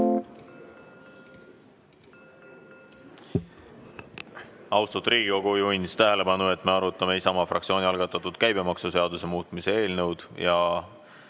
Austatud Riigikogu! Juhin tähelepanu, et me arutame Isamaa fraktsiooni algatatud käibemaksuseaduse muutmise seaduse